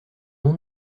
non